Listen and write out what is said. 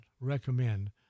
recommend